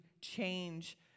change